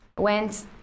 Went